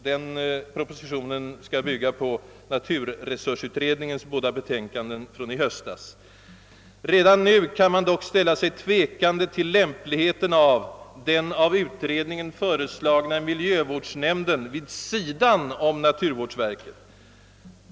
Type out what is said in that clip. Den propositionen skall bygga på naturresursutredningens båda <betänkanden från i höstas. Redan nu kan man dock ställa sig tvekande till lämpligheten av den av utredningen föreslagna miljövårdsnämnden, som skulle verka vid sidan om naturvårdsverket.